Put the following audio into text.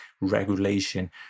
regulation